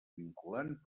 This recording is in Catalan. vinculant